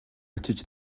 очиж